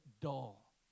dull